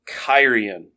Kyrian